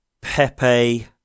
Pepe